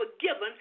forgiven